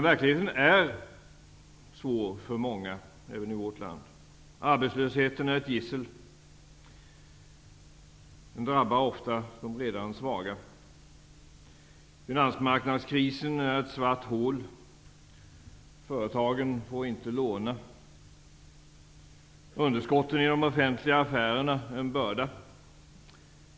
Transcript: Verkligheten är även i vårt land svår för många. Arbetslösheten är ett gissel, som ofta drabbar de som redan är svaga. Finansmarknadskrisen är ett svart hål. Företagen får inte låna. Underskotten i de offentliga affärerna är en börda.